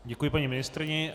Děkuji paní ministryni.